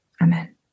Amen